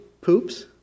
poops